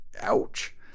Ouch